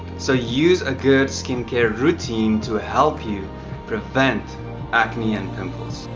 so use a good skin care routine to help you prevent acne and pimples.